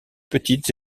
petites